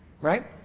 Right